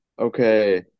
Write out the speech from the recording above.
okay